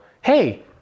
hey